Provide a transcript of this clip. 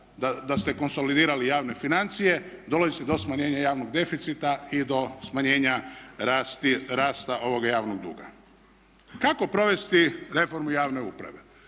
da ste konsolidirali javne financije, dolazi do smanjenja javnog deficita i do smanjenja rasta ovoga javnoga duga. Kako provesti reformu javne uprave?